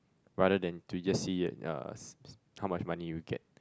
rather than to just see it uh how much money you get